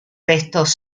restos